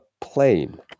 plane